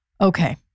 Okay